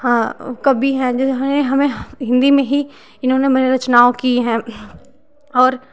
हाँ कवि हैं जो हैं हमें हिंदी में ही इन्हों मेरे रचनाओं की है और